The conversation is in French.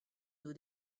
nos